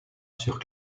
sur